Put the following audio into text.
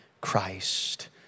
Christ